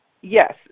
yes